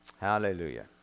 Hallelujah